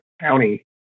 County